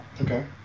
Okay